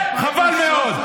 חבל מאוד.